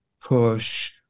push